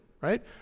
right